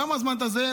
כמה זמן את התיק הזה?